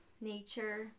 nature